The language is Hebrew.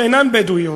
שאינן בדואיות,